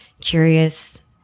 curious